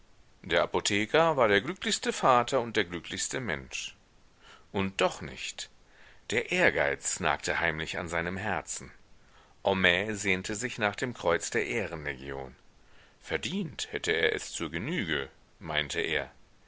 der apotheker war der glücklichste vater und der glücklichste mensch und doch nicht der ehrgeiz nagte heimlich an seinem herzen homais sehnte sich nach dem kreuz der ehrenlegion verdient hätte er es zur genüge meinte er